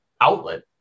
outlet